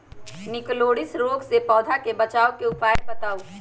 निककरोलीसिस रोग से पौधा के बचाव के उपाय बताऊ?